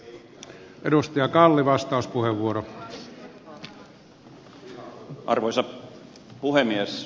arvoisa puhemies